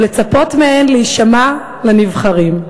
ולצפות מהן להישמע לנבחרים.